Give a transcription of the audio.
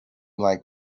like